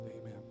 Amen